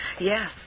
Yes